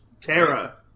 Terra